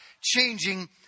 changing